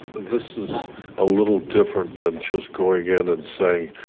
this is a little different than just going in and saying,